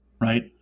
right